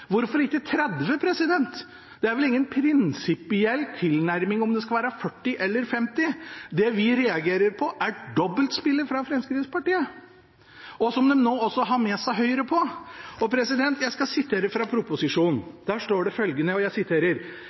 30? Det er vel ingen prinsipiell tilnærming om det skal være 40 eller 50? Det vi reagerer på, er dobbeltspillet fra Fremskrittspartiet, som de nå også har med seg Høyre på. Jeg siterer fra proposisjonen, hvor det står: «Det er lagt til grunn timesregel og